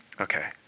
Okay